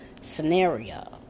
scenario